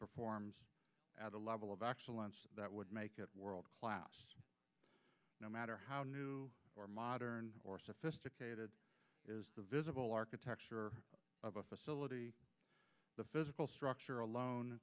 performs at a level of actual length that would make it world class no matter how new or modern or sophisticated the visible architecture of a facility the physical structure alone